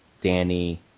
Danny